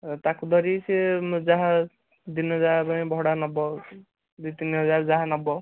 ଅ ତାକୁ ଧରିକି ସେ ଯାହା ଦିନ ଯାକ ପାଇଁ ଭଡ଼ା ନେବ ଦୁଇ ତିନି ହଜାର ଯାହା ନେବ